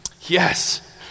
Yes